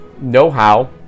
know-how